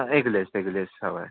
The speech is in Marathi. एगलेस एगलेस हवा आहे